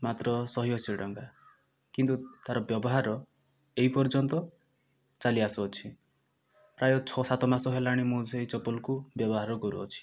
ମାତ୍ର ଶହେଅଶୀ ଟଙ୍କା କିନ୍ତୁ ତା'ର ବ୍ୟବହାର ଏଇ ପର୍ଯ୍ୟନ୍ତ ଚାଲିଆସୁଅଛି ପ୍ରାୟ ଛ ସାତ ମାସ ହେଲାଣି ମୁଁ ସେ ଚପଲକୁ ବ୍ୟବହାର କରୁଅଛି